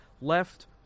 left